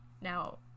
now